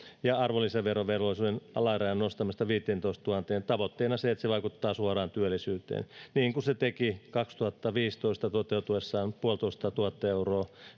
ja arvonlisäverovelvollisuuden alarajan nostaminen viiteentoistatuhanteen sen tavoitteena se että se vaikuttaa suoraan työllisyyteen niin kuin se teki vuonna kaksituhattaviisitoista toteutuessaan tuhatviisisataa euroa